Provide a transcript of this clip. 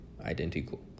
identical